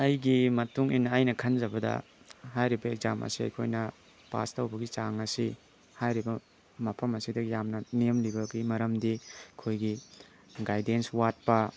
ꯑꯩꯒꯤ ꯃꯇꯨꯡ ꯏꯟꯅ ꯑꯩꯅ ꯈꯟꯖꯕꯗ ꯍꯥꯏꯔꯤꯕ ꯑꯦꯛꯖꯥꯝ ꯑꯁꯦ ꯑꯩꯈꯣꯏꯅ ꯄꯥꯁ ꯇꯧꯕꯒꯤ ꯆꯥꯡ ꯑꯁꯤ ꯍꯥꯏꯔꯤꯕ ꯃꯐꯝ ꯑꯁꯤꯗ ꯌꯥꯝꯅ ꯅꯦꯝꯂꯤꯕꯒꯤ ꯃꯔꯝꯗꯤ ꯑꯩꯈꯣꯏꯒꯤ ꯒꯥꯏꯗꯦꯟꯁ ꯋꯥꯠꯄ